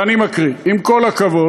אני מקריא: "עם כל הכבוד,